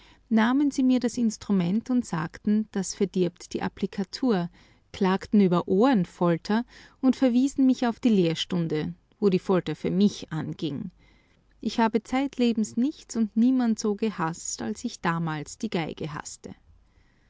nahmen sie mir das instrument und sagten das verdirbt die applikatur klagten über ohrenfolter und verwiesen mich auf die lehrstunde wo die folter für mich anging ich habe zeitlebens nichts und niemand so gehaßt als ich damals die geige haßte